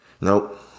Nope